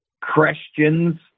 Christians